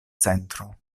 centro